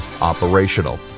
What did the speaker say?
operational